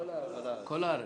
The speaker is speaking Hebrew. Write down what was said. מכל הארץ.